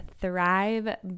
Thrive